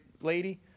lady